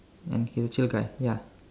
ya